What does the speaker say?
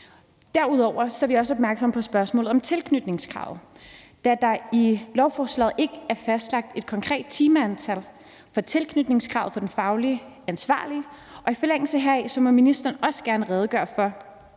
Derudover er vi også opmærksomme på spørgsmålet om tilknytningskravet, da der i lovforslaget ikke er fastlagt et konkret timeantal for tilknytningskravet for den fagligt ansvarlige. I forlængelse heraf må ministeren også gerne redegøre for